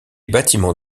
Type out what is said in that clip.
bâtiments